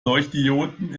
leuchtdioden